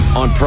on